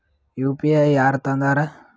UPI ಯಾರ್ ತಂದಾರ?